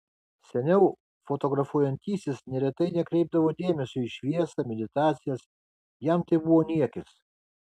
seniau fotografuojantysis neretai nekreipdavo dėmesio į šviesą meditacijas jam tai buvo niekis